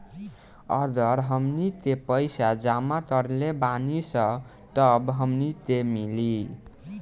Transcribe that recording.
अगर हमनी के पइसा जमा करले बानी सन तब हमनी के मिली